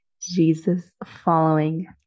Jesus-following